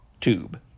tube